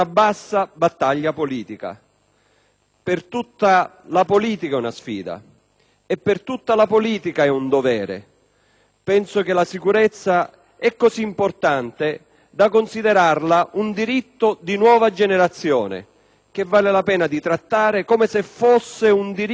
per tutta la politica è una sfida, per tutta la politica è un dovere. Penso che la sicurezza sia così importante che andrebbe considerata alla stregua di un diritto di nuova generazione, che vale la pena trattare come se fosse un diritto di rilievo costituzionale.